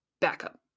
backup